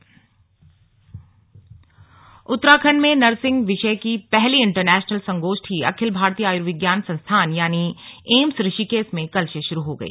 slug nursing संगोष्ठी उत्तराखंड में nursing विषय की पहली इंटरनेशनल संगोष्ठी अखिल भारतीय आयुर्विज्ञान संस्थान यानि एम्स ऋषिकेश में कल से शुरू हो गई